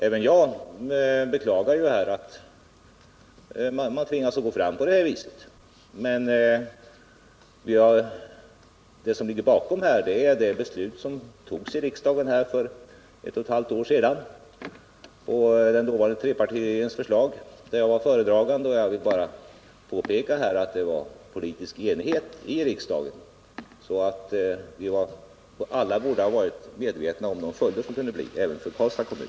Även jag beklagar att man tvingas gå fram på det här viset, men det som ligger bakom är ju det beslut som fattades av riksdagen för ett och ett halvt år sedan på grundval av det förslag som utarbetades av den dåvarande trepartiregeringen, varvid jag var föredragande. Jag vill bara påpeka att det var politisk enighet i riksdagen om detta, och vi torde alltså alla ha varit medvetna om de följder som beslutet kunde få även för Karlstads kommun.